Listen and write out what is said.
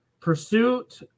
pursuit